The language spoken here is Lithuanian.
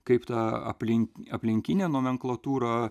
kaip tą aplink aplinkinė nomenklatūra